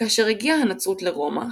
כאשר הגיעה הנצרות לרומא,